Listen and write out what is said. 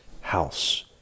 house